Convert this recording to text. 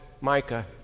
Micah